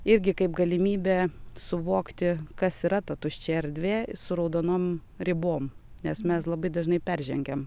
irgi kaip galimybė suvokti kas yra ta tuščia erdvė su raudonom ribom nes mes labai dažnai peržengiam